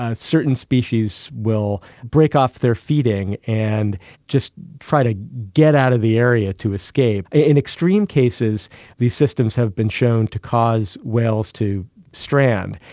ah certain species will break off their feeding and just try to get out of the area to escape. in extreme cases these systems have been shown to cause whales to strand,